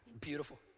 Beautiful